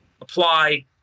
apply